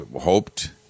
hoped